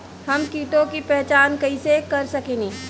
हम कीटों की पहचान कईसे कर सकेनी?